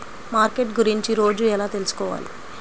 Market గురించి రోజు ఎలా తెలుసుకోవాలి?